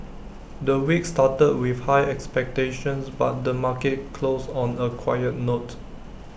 the week started with high expectations but the market closed on A quiet note